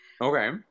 Okay